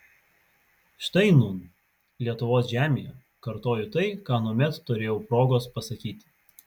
štai nūn lietuvos žemėje kartoju tai ką anuomet turėjau progos pasakyti